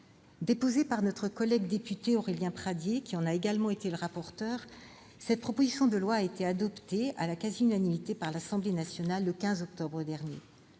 Déposée par notre collègue député Aurélien Pradié, qui en a également été le rapporteur, cette proposition de loi a été adoptée à la quasi-unanimité par l'Assemblée nationale, le 15 octobre dernier.